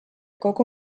kogu